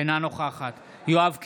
אינה נוכחת יואב קיש,